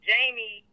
Jamie